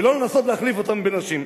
ולא לנסות להחליף אותם בנשים.